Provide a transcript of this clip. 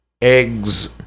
eggs